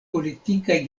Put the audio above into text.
politikaj